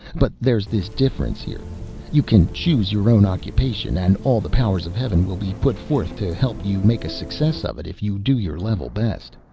but there's this difference, here you can choose your own occupation, and all the powers of heaven will be put forth to help you make a success of it, if you do your level best.